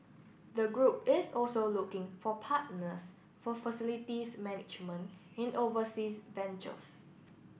the group is also looking for partners for facilities management in overseas ventures